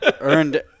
earned